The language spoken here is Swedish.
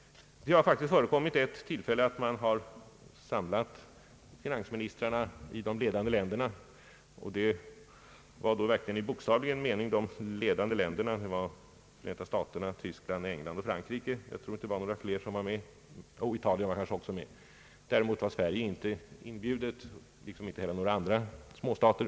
Det har vid ett tillfälle förekommit att man samlat finansministrarna i de ledande länderna — det var verkligen i bokstavlig mening de ledande länderna, nämligen Förenta staterna, Tyskland, England, Frankrike och Italien. Däremot var Sverige inte inbjudet, inte heller några andra småstater.